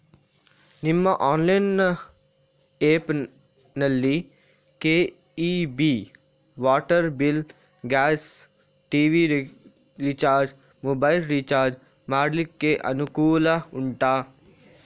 ನಿಮ್ಮ online app ನಲ್ಲಿ KEB, water bill, gas, TV recharge, mobile recharge ಮಾಡ್ಲಿಕ್ಕೆ ಅನುಕೂಲ ಉಂಟಾ